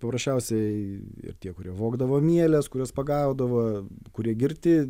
paprasčiausiai ir tie kurie vogdavo mieles kuriuos pagaudavo kurie girti